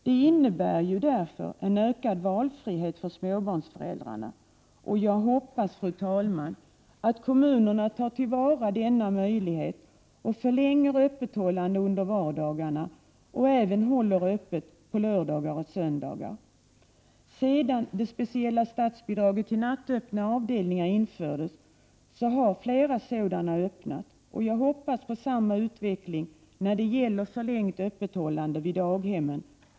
Det innebär ju därför en ökad valfrihet för småbarnsföräldrarna. Och jag hoppas, fru talman, att kommunerna tar till vara denna möjlighet och förlänger öppethållandet under vardagarna och även håller öppet på lördagar och söndagar. Sedan det speciella statsbidraget till nattöppna avdelningar infördes har flera sådana avdelningar öppnats. Och jag hoppas, för barnens skull, på samma utveckling när det gäller förlängning av öppethållandet vid daghemmen.